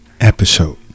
episode